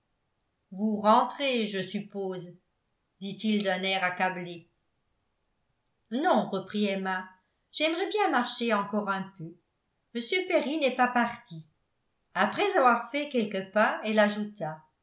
vous rentrez je suppose dit-il d'un air accablé non reprit emma j'aimerais bien marcher encore un peu m perry n'est pas parti après avoir fait quelques pas elle